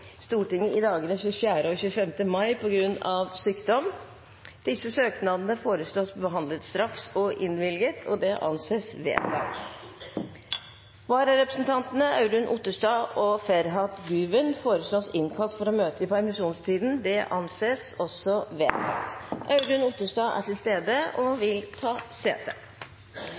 Stortinget i dagene 24. og 25. mai, på grunn av sykdom. Etter forslag fra presidenten ble enstemmig besluttet. Søknadene behandles straks og innvilges. Vararepresentantene, Audun Otterstad og Ferhat Güven, innkalles for å møte i permisjonstiden. Audun Otterstad er til stede og vil ta sete.